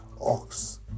ox